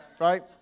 right